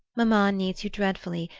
mamma needs you dreadfully,